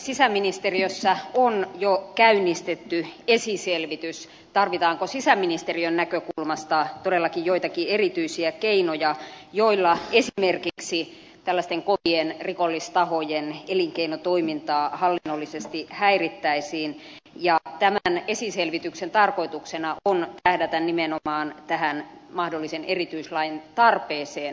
sisäministeriössä on jo käynnistetty esiselvitys tarvitaanko sisäministeriön näkökulmasta todellakin joitakin erityisiä keinoja joilla esimerkiksi tällaisten kovien rikollistahojen elinkeinotoimintaa hallinnollisesti häirittäisiin ja tämän esiselvityksen tarkoituksena on tähdätä nimenomaan tähän mahdollisen erityislain tarpeeseen